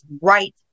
right